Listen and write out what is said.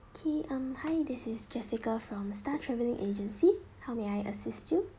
okay um hi this is jessica from star travelling agency how may I assist you